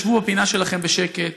שבו בפינה שלכם בשקט.